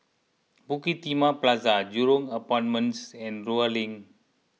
Bukit Timah Plaza Jurong Apartments and Rulang